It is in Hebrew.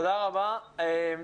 תודה רבה פרופ'